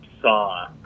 saw